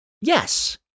Yes